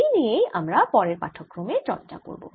এই নিয়ে আমরা পরের পাঠক্রমে চর্চা করব